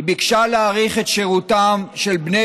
היא ביקשה להאריך את שירותם של בני